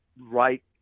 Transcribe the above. right